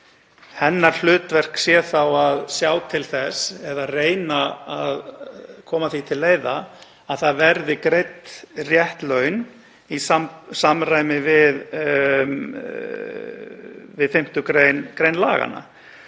Hennar hlutverk sé þá að sjá til þess eða reyna að koma því til leiðar að greidd verði rétt laun í samræmi við 5. gr. laganna.